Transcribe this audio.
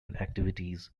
activities